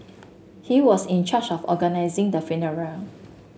he was in charge of organising the funeral